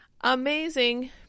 Amazing